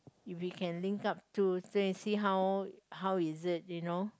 if we can link up to then we see how how is it you know